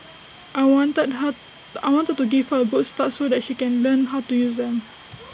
I wanted her I wanted to give her A good start so that she can learn how to use them